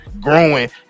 growing